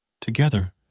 Together